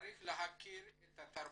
צריך להכיר את התרבות,